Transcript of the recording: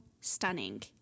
stunning